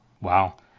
Wow